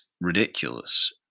ridiculous